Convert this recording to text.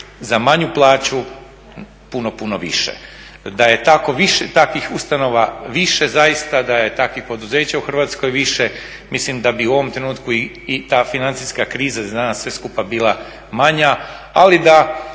za manju plaću puno, puno više. Da je takvih ustanova više zaista, da je takvih poduzeća u Hrvatskoj više, mislim da bi u ovom trenutku i ta financijska kriza za nas sve skupa bila manja, ali da